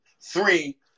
Three